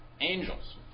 angels